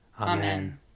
Amen